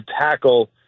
tackle